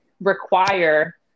require